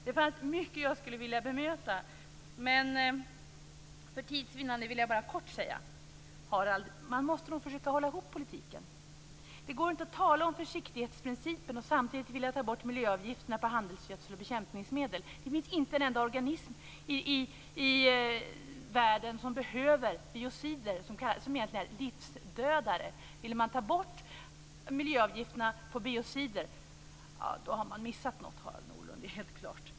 Det fanns mycket jag skulle vilja bemöta, men för tids vinnande vill jag bara kort säga att man nog måste försöka hålla ihop politiken, Harald. Det går inte att tala om försiktighetsprincipen och samtidigt vilja ta bort miljöavgifterna på handelsgödsel och bekämpningsmedel. Det finns inte en enda organism i världen som behöver biocider, som egentligen är livsdödare. Vill man ta bort miljöavgifterna på biocider har man missat något, Harald Nordlund. Det är helt klart.